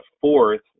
fourth